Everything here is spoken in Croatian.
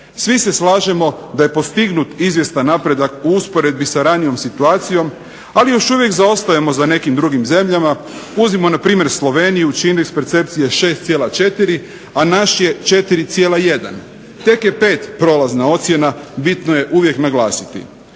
Svi se slažemo da je postignut izvjestan napredak u usporedbi sa ranijom situacijom, ali još uvijek zaostajemo za nekim drugim zemljama. Uzmimo npr. Sloveniju …/Govornik se ne razumije./… percepcije je 6,4 a naš je 4,1. Tek je 5 prolazna ocjena, bitno je uvijek naglasiti.